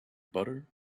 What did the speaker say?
butter